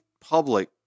public